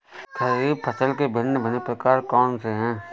खरीब फसल के भिन भिन प्रकार कौन से हैं?